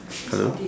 hello